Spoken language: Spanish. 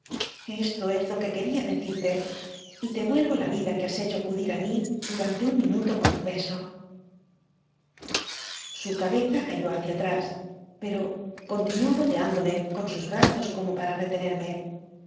esto es lo quequería decirte y te vuelvo la vida que has hecho acudir á mi durante un minuto con tu beso su cabeza cayó hacia atrás pero continuó rodeándome con sus brazos como para retener